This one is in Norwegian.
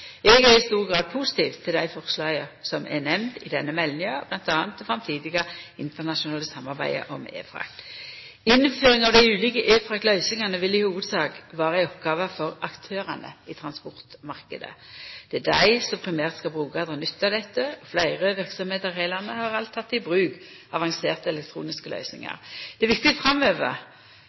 Eg er i stor grad positiv til dei forslaga som er nemnde i denne meldinga, bl.a. det framtidige internasjonale samarbeidet om e-frakt. Innføring av dei ulike e-fraktløysingane vil i hovudsak vera ei oppgåve for aktørane i transportmarknaden. Det er dei som primært skal bruka og dra nytte av dette, og fleire verksemder her i landet har alt teke i bruk avanserte elektroniske løysingar. Det viktige framover er